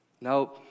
Now